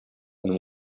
and